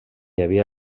havia